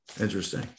Interesting